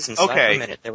Okay